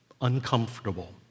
uncomfortable